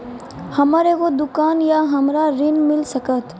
हमर एगो दुकान या हमरा ऋण मिल सकत?